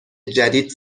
جدید